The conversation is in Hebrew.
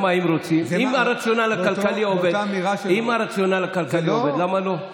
אם הרציונל הכלכלי עובד, למה לא?